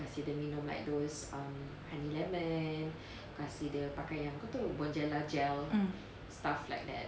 mm